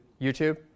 YouTube